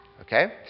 Okay